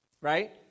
Right